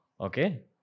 Okay